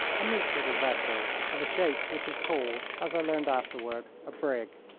a neat little vessel of a shape which is called, as i learned afterward, a brig.